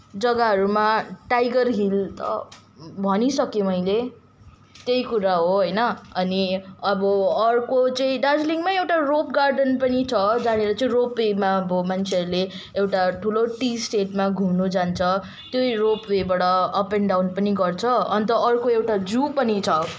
जग्गाहरूमा Tiger Hill त भनिसकेँ मैले त्यही कुरा हो होइन अनि अब अर्को चाहिँ दार्जिलिङमै एउटा रक गार्डन पनि छ जहाँनिर चाहिँ रोपवेमा मान्छेहरूले एउटा ठुलो टी स्टेटमा घुम्नु जान्छ त्यो रोपवेबाट अप एन्ड डाउन पनि गर्छन् अनि त अर्को एउटा जू पनि छ